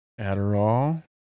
Adderall